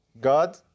God